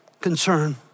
concern